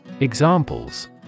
Examples